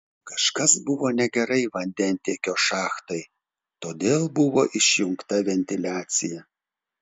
kažkas buvo negerai vandentiekio šachtai todėl buvo išjungta ventiliacija